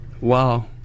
wow